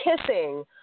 kissing